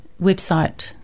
website